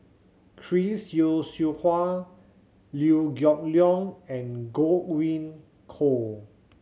Chris Yeo Siew Hua Liew Geok Leong and Godwin Koay